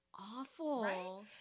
awful